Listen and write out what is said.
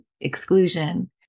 exclusion